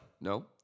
No